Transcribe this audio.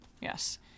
Yes